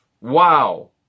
Wow